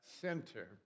center